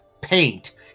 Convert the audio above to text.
paint